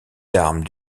d’armes